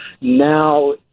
now